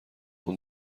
اون